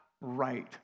right